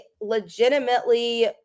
legitimately